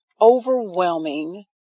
overwhelming